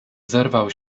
zerwał